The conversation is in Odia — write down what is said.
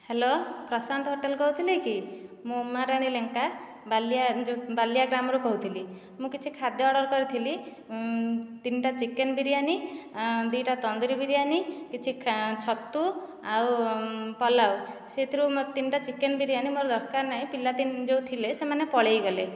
ହ୍ୟାଲୋ ପ୍ରଶାନ୍ତ ହୋଟେଲ କହୁଥିଲେ କି ମୁଁ ଉମା ରାଣୀ ଲେଙ୍କା ବାଲିଆ ଯେଉଁ ବାଲିଆ ଗ୍ରାମରୁ କହୁଥିଲି ମୁଁ କିଛି ଖାଦ୍ୟ ଅର୍ଡ଼ର କରିଥିଲି ତିନିଟା ଚିକେନ ବିରିୟାନି ଦୁଇଟା ତନ୍ଦୁରି ବିରିୟାନି କିଛି ଛତୁ ଆଉ ପଲାଉ ସେଇଥିରୁ ତିନିଟା ଚିକେନ ବିରିୟାନି ମୋର ଦରକାର ନାଇଁ ପିଲା ଯେଉଁ ଥିଲେ ସେମାନେ ପଳାଇଗଲେ